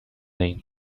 main